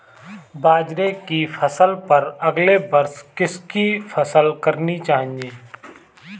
बाजरे की फसल पर अगले वर्ष किसकी फसल करनी चाहिए?